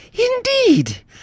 Indeed